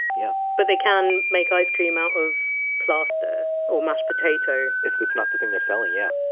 yeah. but they can make ice cream out of plaster or mashed potato? if that's not the thing they're selling, yeah.